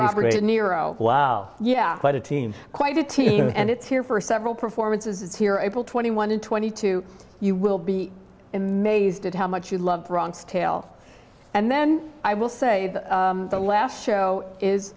robert de niro well yeah quite a team quite a team and it's here for several performances here april twenty one twenty two you will be amazed at how much you love bronx tale and then i will say the last show is